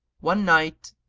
one night,